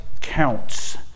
counts